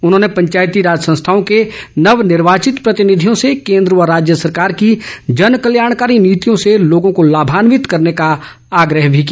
उन्होंने पंचायती राज संस्थाओं के नव निवार्षित प्रतिनिधियों से केंद्र व राज्य सरकार की जन कल्याणकारी नीतियों से लोगों को लाभान्वित करने का आग्रह भी किया